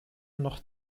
noch